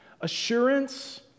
Assurance